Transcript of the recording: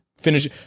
finish